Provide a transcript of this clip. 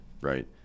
right